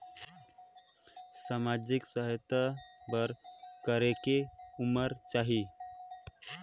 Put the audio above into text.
समाजिक सहायता बर करेके उमर चाही?